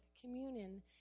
communion